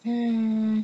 hmm